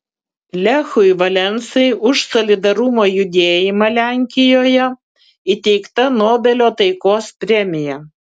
lechui valensai už solidarumo judėjimą lenkijoje įteikta nobelio taikos premija